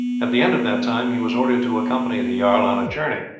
at the end of that time he was ordered to accompany the jarl on a journey.